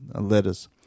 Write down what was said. letters